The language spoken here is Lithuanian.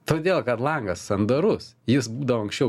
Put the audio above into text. todėl kad langas sandarus jis būdavo anksčiau